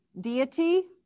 deity